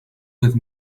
with